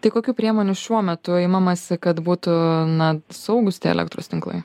tai kokių priemonių šiuo metu imamasi kad būtų na saugūs tie elektros tinklai